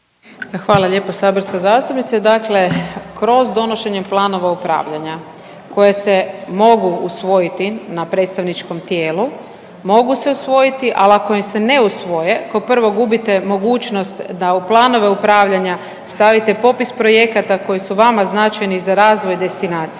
Hvala lijepo saborska zastupnice, dakle kroz donošenjem planova upravljanja koje se mogu usvojiti na predstavničkom tijelu, mogu se usvojiti, al ako ih se ne usvoje kao prvo gubite mogućnost da u planove upravljanja stavite popis projekata koji su vama značajni za razvoj destinacije